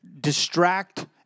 distract